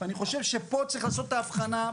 זה לא צריך להוריד מהחומרה של פשיעה באוכלוסייה הערבית,